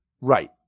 Right